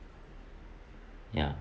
ya